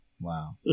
Wow